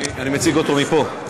אני מציג אותו מפה.